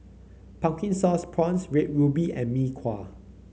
Pumpkin Sauce Prawns Red Ruby and Mee Kuah